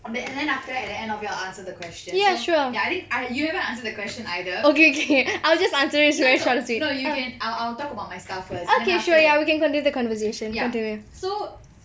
and then and then after that at the end I'll answer the question so ya you haven't answer the question either no no no you can I'll I'll talk about my stuff first and then after that ya so